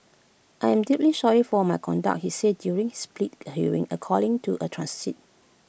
I am deeply sorry for my conduct he said during plea hearing according to A transit